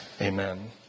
Amen